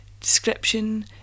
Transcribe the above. description